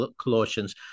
Colossians